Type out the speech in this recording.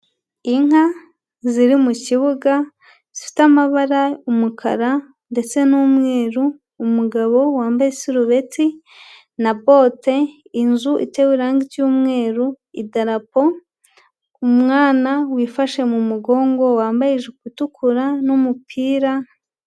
Inka ziri mu kibuga zifite amabara umukara ndetse n'umweru, umugabo wambaye isurubeti na bote, inzu itewe irangi ry'umweru, idarapo, umwana wifashe mu mugongo wambaye itukura n'umupira.